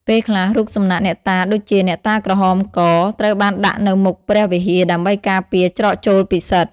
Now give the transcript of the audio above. ពេលខ្លះ រូបសំណាកអ្នកតាដូចជា អ្នកតាក្រហមក ត្រូវបានដាក់នៅមុខព្រះវិហារដើម្បីការពារច្រកចូលពិសិដ្ឋ ។